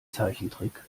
zeichentrick